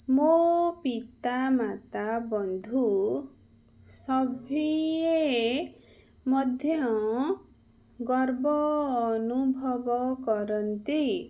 ମୋ ପିତାମାତା ବନ୍ଧୁ ସଭିଏଁ ମଧ୍ୟ ଗର୍ବ ଅନୁଭବ କରନ୍ତି